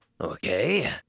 Okay